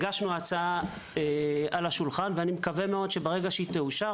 אז הנחנו את ההצעה שלנו על השולחן ואני מקווה שהיא תאושר